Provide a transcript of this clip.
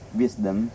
wisdom